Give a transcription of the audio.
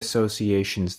associations